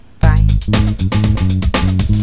Bye